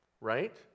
right